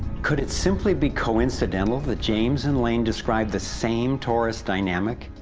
could it simply be coincidental that james and lane describe the same torus dynamic,